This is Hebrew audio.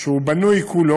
שהוא בנוי כולו,